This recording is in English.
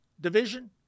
division